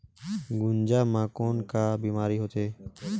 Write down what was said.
गुनजा मा कौन का बीमारी होथे?